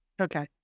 Okay